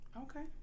Okay